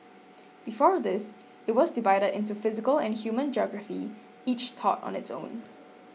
before this it was divided into physical and human geography each taught on its own